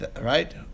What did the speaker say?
right